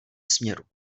směru